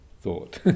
thought